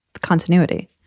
continuity